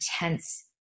intense